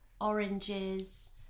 oranges